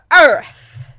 Earth